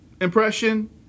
impression